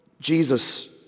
Jesus